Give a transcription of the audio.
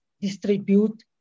distribute